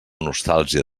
nostàlgia